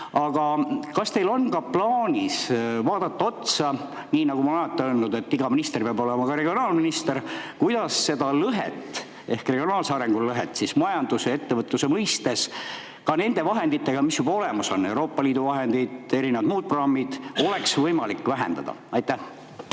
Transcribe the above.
Aga kas teil on ka plaanis vaadata otsa sellele – nii nagu ma olen alati öelnud, et iga minister peab olema ka regionaalminister –, kuidas seda lõhet ehk regionaalse arengu lõhet majanduse ja ettevõtluse mõistes nende vahenditega, mis juba olemas on, ehk Euroopa Liidu vahenditega või muude programmidega oleks võimalik vähendada? Aitäh,